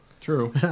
True